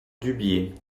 dubié